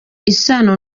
isano